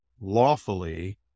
lawfully